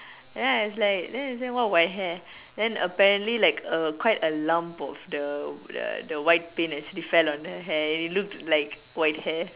ya it's like then she say what white hair then apparently like uh quite a lump of the the white paint fell on her hair it looked like white hair